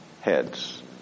heads